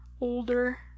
older